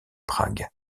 prague